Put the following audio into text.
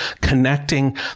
connecting